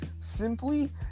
simply